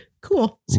cool